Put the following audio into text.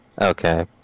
Okay